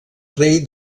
rei